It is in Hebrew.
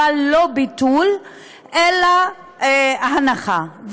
אבל לא ביטול אלא הנחה.